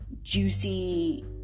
juicy